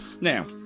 Now